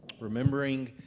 remembering